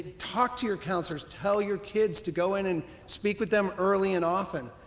talk to your counselors. tell your kids to go in and speak with them early and often.